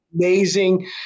amazing